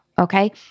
okay